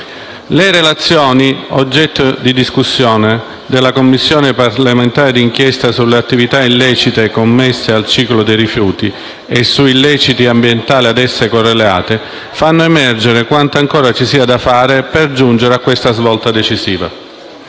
Le relazioni, oggetto di discussione, della Commissione parlamentare di inchiesta sulle attività illecite connesse al ciclo dei rifiuti e su illeciti ambientali ad esse correlati fanno emergere quanto ancora ci sia da fare per giungere a quella svolta decisiva.